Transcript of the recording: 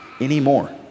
anymore